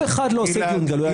גלעד.